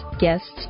guests